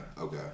Okay